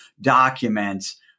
documents